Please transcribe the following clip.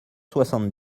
soixante